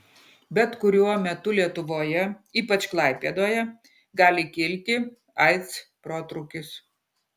bet kuriuo metu lietuvoje ypač klaipėdoje gali kilti aids protrūkis